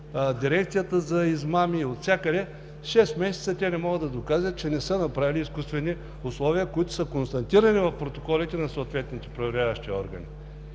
дирекцията за измами, от всякъде. Шест месеца те не могат да докажат, че не са направили изкуствени условия, които са констатирани в протоколите на съответните проверяващи органи.